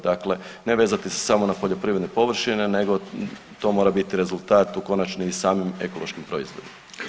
Dakle, ne vezati se samo na poljoprivredne površine, nego to mora biti rezultat konačno i o samim ekološkim proizvodima.